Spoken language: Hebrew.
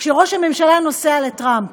כשראש הממשלה נוסע לטראמפ,